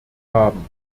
haben